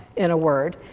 in a word.